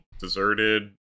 deserted